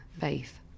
faith